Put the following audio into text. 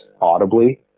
audibly